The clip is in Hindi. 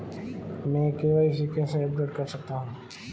मैं के.वाई.सी कैसे अपडेट कर सकता हूं?